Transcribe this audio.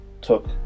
took